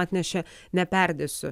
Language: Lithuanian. atnešė neperdėsiu